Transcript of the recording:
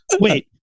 Wait